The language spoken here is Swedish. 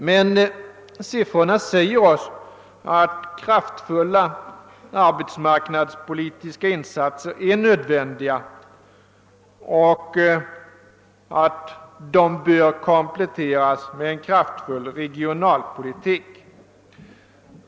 Men siffrorna säger oss att kraftfulla arbetsmarknadspolitiska insatser är nödvändiga och att de bör kompletteras med en kraftfull regionalpolitik.